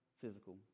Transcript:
physical